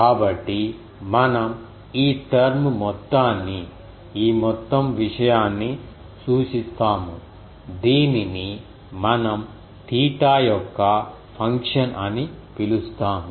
కాబట్టి మనం ఈ టర్మ్ మొత్తాన్ని ఈ మొత్తం విషయాన్ని సూచిస్తాము దీనిని మనం తీటా యొక్క ఫంక్షన్ అని పిలుస్తాము